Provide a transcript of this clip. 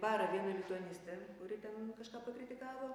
bara vieną lituanstę kuri ten kažką pakritikavo